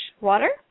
water